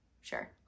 sure